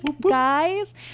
guys